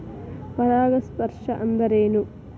ಪರಾಗಸ್ಪರ್ಶ ಅಂದರೇನು?